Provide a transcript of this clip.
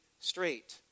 straight